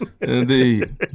Indeed